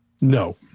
No